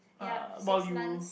uh while you